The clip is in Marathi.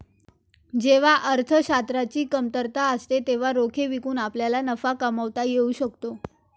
जेव्हा अर्थशास्त्राची कमतरता असते तेव्हा रोखे विकून आपल्याला नफा कमावता येऊ शकतो